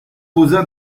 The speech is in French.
posa